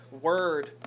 word